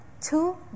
Two